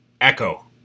Echo